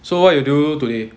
so what you do today